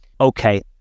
Okay